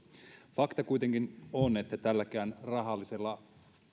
fakta kuitenkin on että tälläkään rahallisella